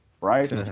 Right